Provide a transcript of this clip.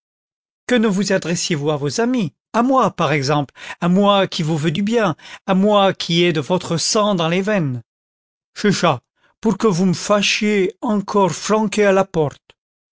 que ne vous adressiez vous à vos amis a moi par exemple à moi qui vous veux du bien à moi qui ai de votre sang dans les veines ch'est cha pour que vous me fâchiez encore flanquer à la porte